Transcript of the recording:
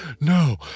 no